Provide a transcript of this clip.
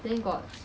then got